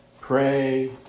pray